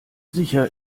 sicher